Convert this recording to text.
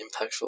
impactful